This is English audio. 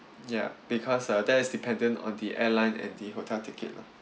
ya because uh that is dependent on the airline and the hotel ticket lah